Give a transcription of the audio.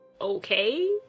okay